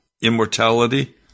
immortality